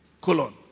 Colon